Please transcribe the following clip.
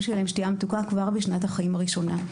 שתייה מתוקה כבר בשנת החיים הראשונה,